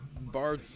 bar